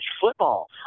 football